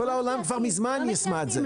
בכל העולם כבר מזמן יישמו את זה.